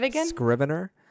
Scrivener